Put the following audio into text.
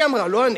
היא אמרה, לא אני.